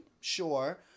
sure